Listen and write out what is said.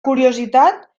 curiositat